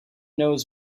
knows